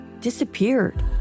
disappeared